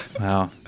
Wow